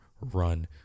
run